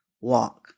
walk